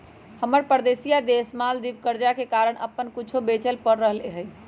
हमर परोसिया देश मालदीव कर्जा के कारण अप्पन कुछो बेचे पड़ रहल हइ